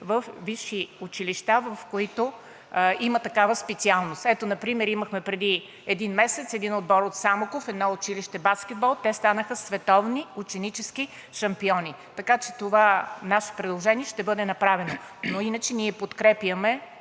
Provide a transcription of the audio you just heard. във висши училища, в които има такава специалност. Ето например имахме преди един месец един отбор по баскетбол в едно училище от Самоков. Те станаха световни ученически шампиони, така че това наше предложение ще бъде направено, но иначе ние подкрепяме